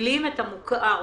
שמגבילים את החינוך מוכר.